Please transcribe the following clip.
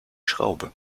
schraube